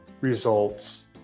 results